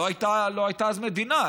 לא הייתה אז מדינה,